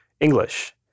English